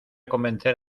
convencer